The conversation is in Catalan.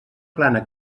plana